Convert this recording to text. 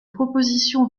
proposition